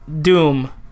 doom